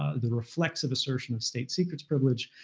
ah the reflexive assertion of state secrets privilege,